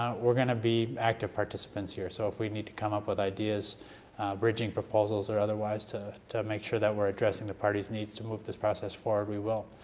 um we're going to be active participants here. so if we need to come up with ideas bridging proposals or otherwise to to make sure we're addressing the parties needs to move this process forward, we will.